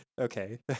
Okay